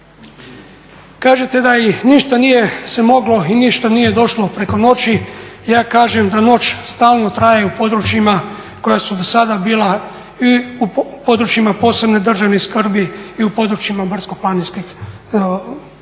kažete da i ništa se nije moglo i ništa nije došlo preko noći. Ja kažem da noć stalno traje u područjima koja su do sada bila i u područjima posebne državne skrbi i u područjima brdsko-planinskih područja.